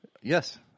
Yes